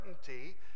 certainty